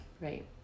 Right